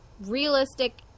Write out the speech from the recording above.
Realistic